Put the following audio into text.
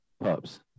pups